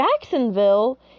Jacksonville